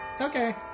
Okay